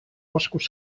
boscos